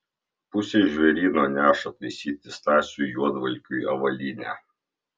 pusė žvėryno neša taisyti stasiui juodvalkiui avalynę